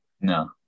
No